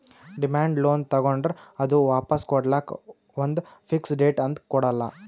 demand loan ತಗೋಂಡ್ರ್ ಅದು ವಾಪಾಸ್ ಕೊಡ್ಲಕ್ಕ್ ಒಂದ್ ಫಿಕ್ಸ್ ಡೇಟ್ ಅಂತ್ ಕೊಡಲ್ಲ